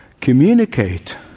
communicate